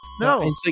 No